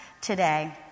today